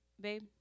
babe